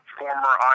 former